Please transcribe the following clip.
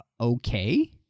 okay